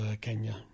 Kenya